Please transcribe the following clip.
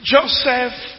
Joseph